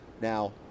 Now